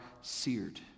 seared